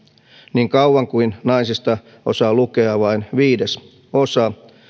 niin kauan kuin naisista osaa lukea vain viidesosa